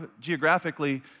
geographically